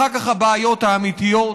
אחר כך הבעיות האמיתיות,